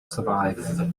survive